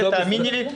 תאמיני לי,